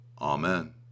Amen